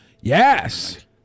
Yes